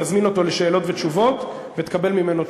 תזמין אותו לשאלות ותשובות ותקבל ממנו תשובה.